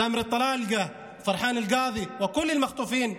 סאמר אלטלאלקה, פרחאן אלקאדי וכל החטופים,